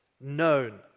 known